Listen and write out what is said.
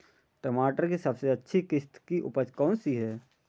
टमाटर की सबसे अच्छी किश्त की उपज कौन सी है?